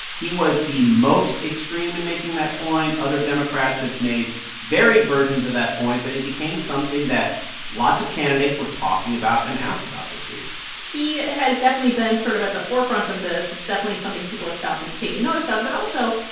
he was the most extreme in and making that point. other democrats have made varied versions of that point. but it became something that lots of candidates were talking about and asked about this week he has definitely been sort of at the forefront of this. it's definitely something people have stopped and taken notice of. but also,